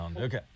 Okay